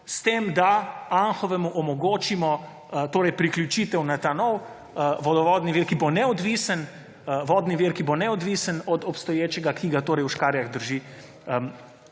s tem, da Anhovemu omogočimo priključitev na ta novi vodovodni vir, ki bo neodvisen od obstoječega, ki ga torej v škarjah drži